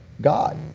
God